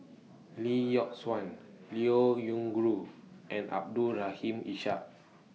Lee Yock Suan Liao Yingru and Abdul Rahim Ishak